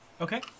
Okay